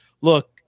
look